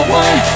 one